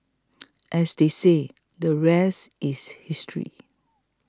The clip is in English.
as they say the rest is history